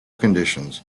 conditions